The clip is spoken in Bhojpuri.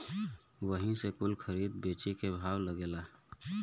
वही से कुल खरीद बेची के भाव लागेला